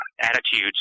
attitudes